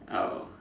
oh